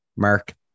Mark